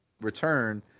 return